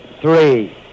three